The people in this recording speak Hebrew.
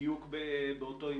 בדיוק באותו עניין.